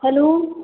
hello